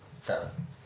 seven